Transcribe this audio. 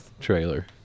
trailer